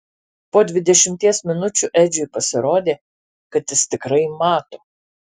po dvidešimties minučių edžiui pasirodė kad jis tikrai mato